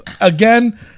Again